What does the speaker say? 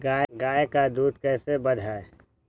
गाय का दूध कैसे बढ़ाये?